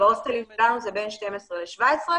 בהוסטלים שלנו זה בין 12 ל-17,